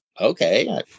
okay